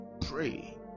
pray